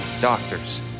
doctors